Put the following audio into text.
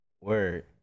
Word